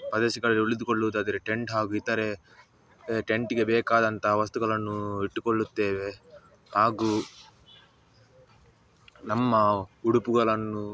ಪ್ರದೇಶಗಳಲ್ಲಿ ಉಳಿದುಕೊಳ್ಳೋದಾದರೆ ಟೆಂಟ್ ಹಾಗು ಇತರೆ ಟೆಂಟಿಗೆ ಬೇಕಾದಂತ ವಸ್ತುಗಳನ್ನು ಇಟ್ಟುಕೊಳ್ಳುತ್ತೇವೆ ಹಾಗೂ ನಮ್ಮ ಉಡುಪುಗಳನ್ನು